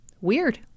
Weird